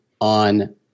on